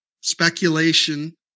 speculation